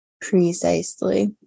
Precisely